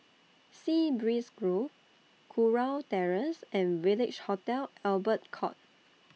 Sea Breeze Grove Kurau Terrace and Village Hotel Albert Court